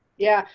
yeah.